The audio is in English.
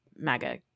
mega